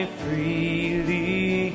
freely